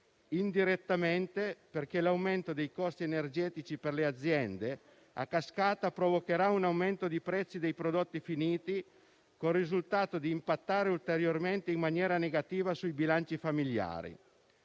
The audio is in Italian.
indirettamente, perché l'aumento dei costi energetici per le aziende, a cascata, provocherà un aumento di prezzi dei prodotti finiti, con il risultato di impattare ulteriormente in maniera negativa sui bilanci familiari,